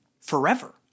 forever